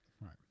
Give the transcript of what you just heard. Right